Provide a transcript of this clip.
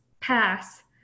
pass